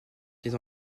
des